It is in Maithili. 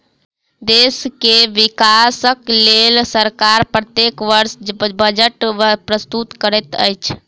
देश के विकासक लेल सरकार प्रत्येक वर्ष बजट प्रस्तुत करैत अछि